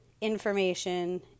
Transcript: information